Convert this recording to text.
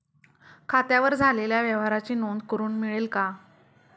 खात्यावर झालेल्या व्यवहाराची नोंद करून मिळेल का?